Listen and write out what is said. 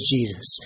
Jesus